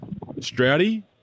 Stroudy